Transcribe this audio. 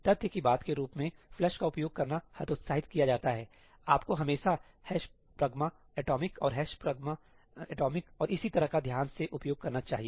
तथ्य की बात के रूप में फ्लश का उपयोग करना हतोत्साहित किया जाता है सही आपको हमेशा' pragma atomic' और ' pragma atomic' और इसी तरह का ध्यान से उपयोग करना चाहिए